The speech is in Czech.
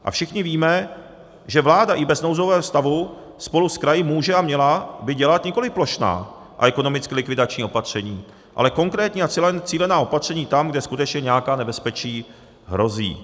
A všichni víme, že vláda i bez nouzového stavu spolu s kraji může a měla by dělat nikoli plošná a ekonomicky likvidační opatření, ale konkrétní a cílená opatření tam, kde skutečně nějaká nebezpečí hrozí.